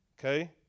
okay